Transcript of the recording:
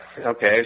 Okay